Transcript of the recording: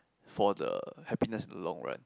for the happiness in the long run